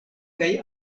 kaj